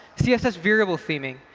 css variable theming,